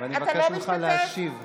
אני מבקש ממך להשיב להצבעה.